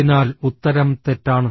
അതിനാൽ ഉത്തരം തെറ്റാണ്